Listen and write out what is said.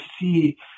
see